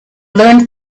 learned